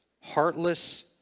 heartless